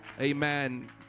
amen